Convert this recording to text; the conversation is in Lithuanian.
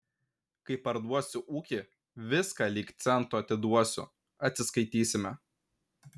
kai parduosiu ūkį viską lyg cento atiduosiu atsiskaitysime